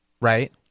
right